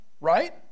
Right